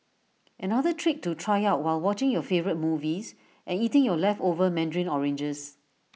another trick to try out while watching your favourite movies and eating your leftover Mandarin oranges